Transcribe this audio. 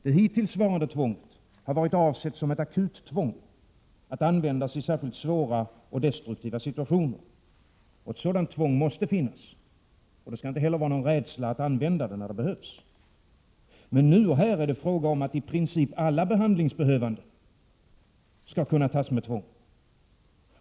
Det hittillsvarande tvånget har varit avsett som ett akuttvång att användas i särskilt svåra och destruktiva situationer. Ett sådant tvång måste finnas, och det skall inte heller finnas någon rädsla för att använda det när det behövs. Men här är det nu fråga om att i princip alla behandlingsbehövande skall kunna omhändertas med tvång.